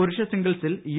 പുരുഷ സിംഗിൾസിൽ യു